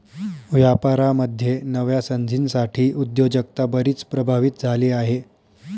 व्यापारामध्ये नव्या संधींसाठी उद्योजकता बरीच प्रभावित झाली आहे